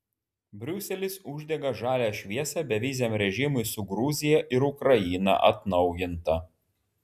briuselis uždega žalią šviesą beviziam režimui su gruzija ir ukraina atnaujinta